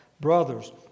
Brothers